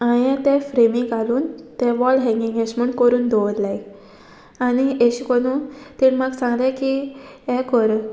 हांवें तें फ्रेमी घालून ते वॉल हँगींग एशे म्हूण करून दवरल्याय आनी एश कोनू तेणे म्हाका सांगले कीण हें कर